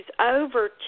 over